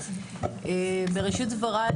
בראשית דבריי,